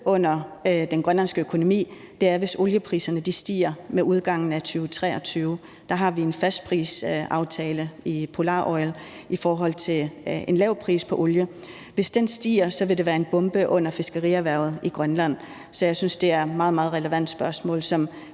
under den grønlandske økonomi, er, hvis oliepriserne stiger med udgangen af 2023. Der har vi en fastprisaftale i Polaroil i forhold til en lav pris på olie. Hvis den stiger, vil det være en bombe under fiskerierhvervet i Grønland, så jeg synes, det er et meget, meget relevant spørgsmål, som